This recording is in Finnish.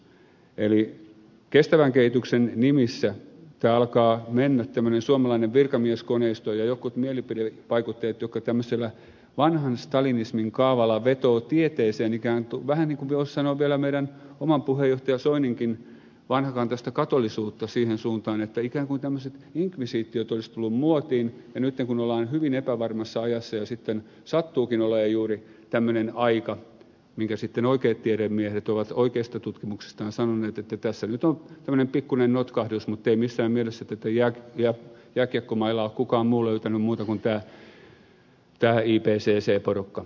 eli kestävän kehityksen nimissä alkaa mennä tämmöinen suomalainen virkamieskoneisto ja jotkut mielipidevaikuttajat jotka tämmöisellä vanhan stalinismin kaavalla vetoaa tieteeseen vähän niin kuin voisi sanoa vielä meidän oman puheenjohtaja soininkin vanhakantaisen katolisuuden suuntaan että ikään kuin tämmöiset inkvisitiot olisivat tulleet muotiin ja nyt kun ollaan hyvin epävarmassa ajassa ja sitten sattuukin olemaan juuri tämmöinen aika mistä sitten oikeat tiedemiehet ovat oikeasta tutkimuksestaan sanoneet että tässä nyt on tämmöinen pikkuinen notkahdus mutta ei missään mielessä tätä jääkiekkomailaa ole kukaan muu löytänyt kuin tämä ipcc porukka